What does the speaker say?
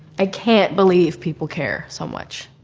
i can't believe people care so much